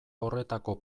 horretako